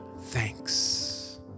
thanks